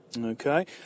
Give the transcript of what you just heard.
Okay